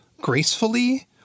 gracefully